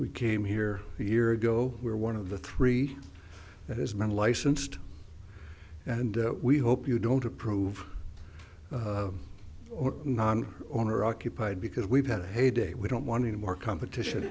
we came here year ago we're one of the three that has been licensed and we hope you don't approve or non owner occupied because we've got a heyday we don't want any more competition